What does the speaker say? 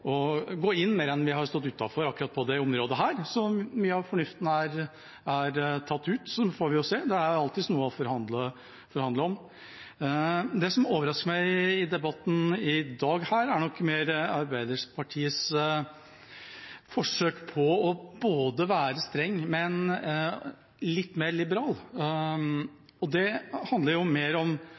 å tjene på å gå inn enn på å stå utenfor akkurat på dette området – mye av fornuften er tatt ut. Så får vi jo se. Det er alltids noe å forhandle om. Det som overrasker meg i debatten i dag, er nok mer Arbeiderpartiets forsøk på å være både streng og litt mer liberal. Det handler mer om